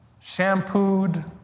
Shampooed